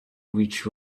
which